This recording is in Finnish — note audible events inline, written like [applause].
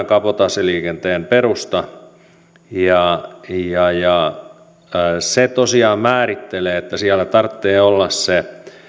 [unintelligible] kabotaasiliikenteen perusta [unintelligible] ja ja se tosiaan määrittelee että siellä tarvitsee olla se